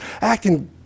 acting